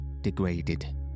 degraded